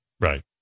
Right